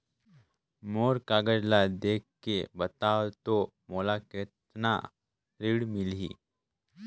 मोर कागज ला देखके बताव तो मोला कतना ऋण मिलही?